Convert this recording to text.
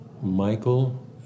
Michael